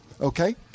okay